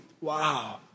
Wow